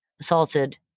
assaulted